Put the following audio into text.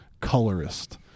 colorist